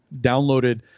downloaded